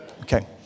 Okay